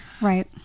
Right